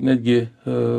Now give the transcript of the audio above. netgi a